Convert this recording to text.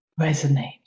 resonate